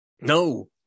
No